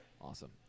Awesome